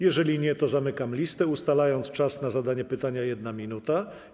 Jeżeli nie, to zamykam listę, ustalając czas na zadanie pytania - 1 minuta.